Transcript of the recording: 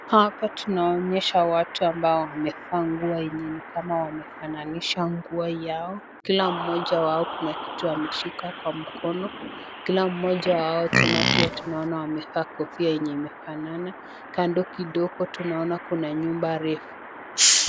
Hapa tunaonyeshwa watu ambao wamevaa nguo yenye ni kama wamefananisha nguo yao. Kila mmoja wao kuna kitu ameshika kwa mkono, kila mmoja wao tena pia tunaona wamevaa kofia yenye imefanana, kando kidogo tunaona kuna nyumba refu.